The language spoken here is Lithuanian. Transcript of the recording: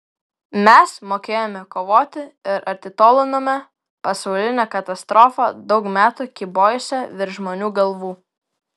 mes mokėjome kovoti ir atitolinome pasaulinę katastrofą daug metų kybojusią virš žmonių galvų